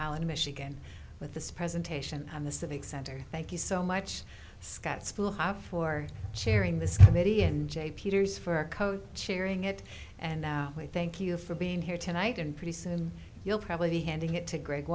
holland michigan with this presentation and the civic center thank you so much scott school have for chairing this committee and jay peters for code chairing it and now we thank you for being here tonight and pretty soon you'll probably be handing it to greg